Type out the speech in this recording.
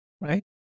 right